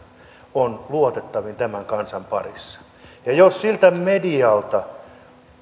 on luotettavin tämän kansan parissa jos siltä medialta viedään